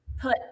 put